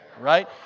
right